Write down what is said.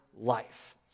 life